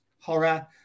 horror